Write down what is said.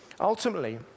Ultimately